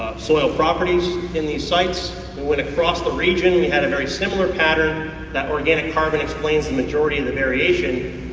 soil properties in these sites, we went across the region, we had a very similar pattern that organic carbon explains the majority of the variation,